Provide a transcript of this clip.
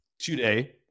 today